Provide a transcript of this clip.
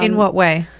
and what way?